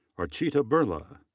archita birla.